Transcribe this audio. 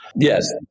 Yes